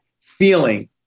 feeling